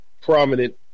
prominent